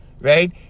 right